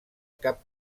cap